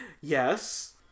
Yes